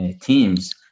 teams